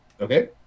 Okay